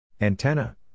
Antenna